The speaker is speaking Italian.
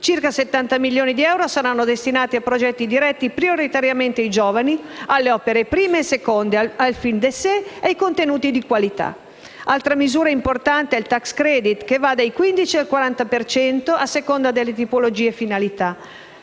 Circa 70 milioni di euro saranno destinati a progetti diretti prioritariamente ai giovani, alle opere prime e seconde, ai film *d'essai* e ai contenuti di qualità. Altra misura importante è il *tax credit*, che va dal 15 al 40 per cento a seconda delle tipologie e delle finalità